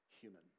Human